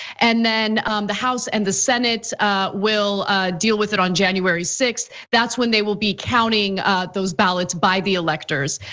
and then the house and the senate will deal with it on january sixth. that's when they will be counting those ballots by the electors.